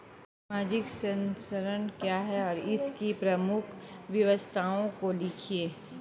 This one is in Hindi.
सामाजिक संरक्षण क्या है और इसकी प्रमुख विशेषताओं को लिखिए?